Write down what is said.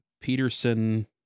Peterson